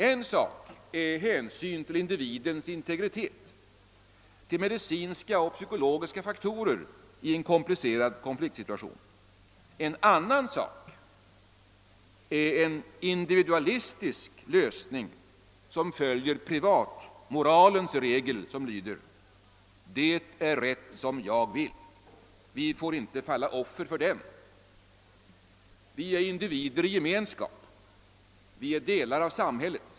En sak är hänsyn till individens integritet, till medicinska och psykologiska faktorer i en komplicerad konfliktsituation, en annan sak är en individualistisk lösning som följer privatmoralens regel: »Det är rätt som jag vill». Vi får inte falla offer för den. Vi är individer i gemenskap, vi är delar av samhället.